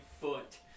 foot